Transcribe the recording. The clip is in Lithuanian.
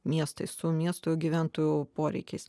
miestais su miesto gyventojų poreikiais